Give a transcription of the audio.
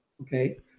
okay